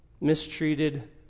mistreated